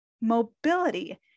Mobility